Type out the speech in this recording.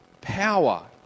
power